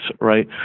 right